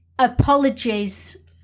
apologies